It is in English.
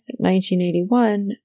1981